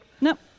Nope